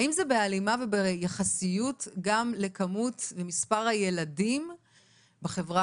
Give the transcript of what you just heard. האם זה בהלימה וביחסיות גם למספר הילדים בחברה